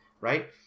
right